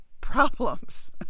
problems